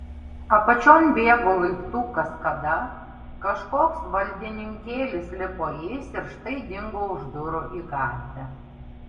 apačion bėgo laiptų kaskada kažkoks valdininkėlis lipo jais ir štai dingo už durų į gatvę